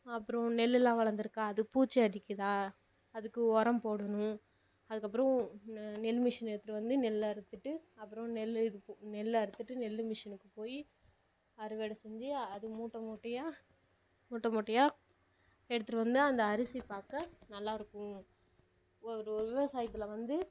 அப்புறோம் நெல்லெலாம் வளர்ந்துருக்கா அது பூச்சி அடிக்கிறதா அதுக்கு உரம் போடணும் அதுக்கப்புறோம் நெல் மிஷின் எடுத்துட்டு வந்து நெல் அறுத்துட்டு அப்புறோம் நெல் இருக்குது நெல் அறுத்துட்டு நெல் மிஷினுக்கு போய் அறுவடை செஞ்சு அது மூட்டை மூட்டையாக மூட்டை மூட்டையாக எடுத்துகிட்டு வந்து அந்த அரிசி பார்க்க நல்லாயிருக்கும் ஒரு விவசாயத்தில் வந்து